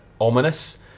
ominous